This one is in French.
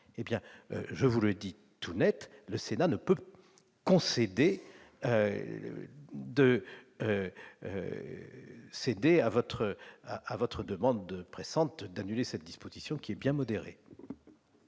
ministre, je vous le dis tout net, le Sénat ne peut accéder à votre demande pressante d'annuler cette disposition, somme toute bien modérée.